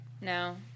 No